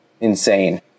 insane